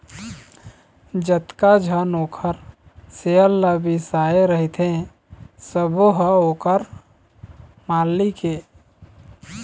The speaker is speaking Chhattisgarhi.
जतका झन ओखर सेयर ल बिसाए रहिथे सबो ह ओखर मालिक ये